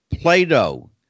Plato